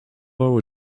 our